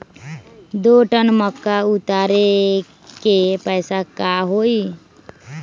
दो टन मक्का उतारे के पैसा का होई?